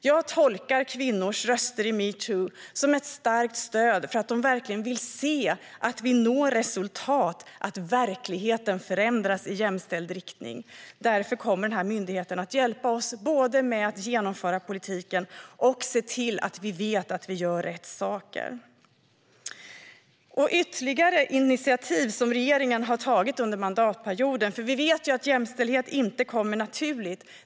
Jag tolkar kvinnors röster i metoo som ett starkt stöd för att vi når resultat och att verkligheten förändras i jämställd riktning. De vill verkligen se detta. Därför kommer denna myndighet att hjälpa oss både med att genomföra politiken och med att se till att vi vet att vi gör rätt saker. Regeringen har tagit ytterligare initiativ under mandatperioden, för vi vet att jämställdhet inte kommer naturligt.